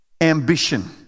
ambition